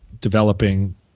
developing